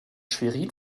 schwerin